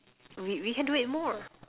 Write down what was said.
we we can do it more